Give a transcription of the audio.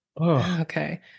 Okay